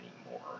anymore